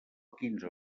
quinze